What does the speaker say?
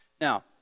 Now